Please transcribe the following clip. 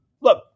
look